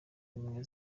ubumwe